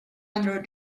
under